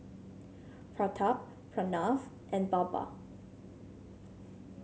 Pratap Pranav and Baba